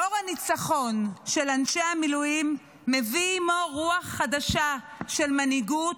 דור הניצחון של אנשי המילואים מביא עימו רוח חדשה של מנהיגות,